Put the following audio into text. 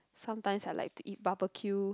sometimes I like to eat barbecue